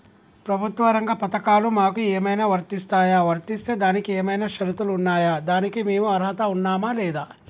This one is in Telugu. ప్రభుత్వ రంగ పథకాలు మాకు ఏమైనా వర్తిస్తాయా? వర్తిస్తే దానికి ఏమైనా షరతులు ఉన్నాయా? దానికి మేము అర్హత ఉన్నామా లేదా?